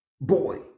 boy